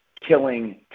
killing